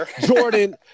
Jordan